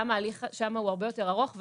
גם ההליך שם הוא הרבה יותר ארוך,